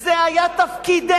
זה היה תפקידך,